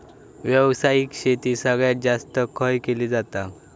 व्यावसायिक शेती सगळ्यात जास्त खय केली जाता?